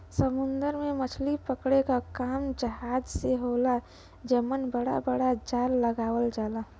समुंदर में मछरी पकड़े क काम जहाज से होला जेमन बड़ा बड़ा जाल लगावल जाला